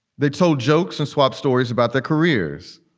they told jokes and swapped stories about their careers.